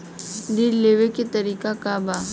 ऋण लेवे के तरीका का बा?